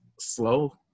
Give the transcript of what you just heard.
slow